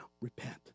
repent